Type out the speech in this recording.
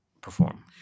perform